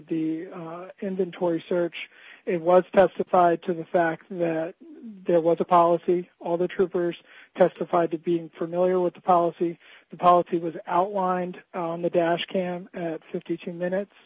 the inventory search it was testified to the fact that there was a policy all the troopers testified to being for miller with the policy the policy was outlined on the dash cam fifty two minutes